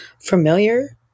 familiar